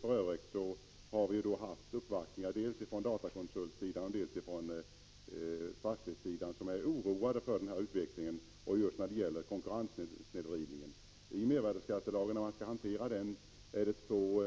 För övrigt har vi i utskottet uppvaktats av människor, dels från datakonsultsidan, dels från fastighetsägarsidan, som är oroade för utvecklingen och risken för just konkurrenssnedvridning. När man skall hantera mervärdeskattelagen måste man ha två